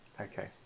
Okay